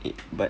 it but